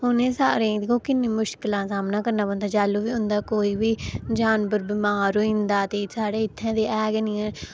उ'नें सारें गी दिक्खो किन्नी मुश्कलां दा सामना करना पौंदा जैह्लूं बी उं'दा कोई बी जानवर बमार होई जंदा ते साढ़े इत्थै ते ऐ गै निं हैन